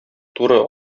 туры